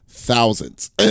thousands